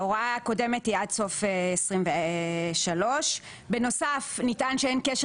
ההוראה הקודמת היא עד סוף 2023. בנוסף נטען שאין קשר